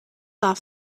off